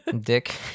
dick